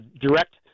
direct